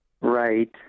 Right